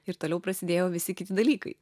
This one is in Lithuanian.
ir toliau prasidėjo visi kiti dalykai